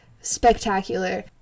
spectacular